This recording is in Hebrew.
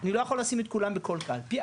אני לא יכול לשים את כולם בכל קלפי,